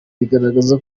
bigaragaza